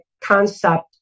concept